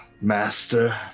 Master